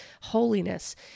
holiness